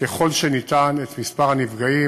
ככל האפשר את מספר הנפגעים,